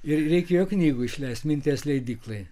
ir reikėjo knygų išleist minties leidyklai